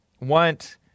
want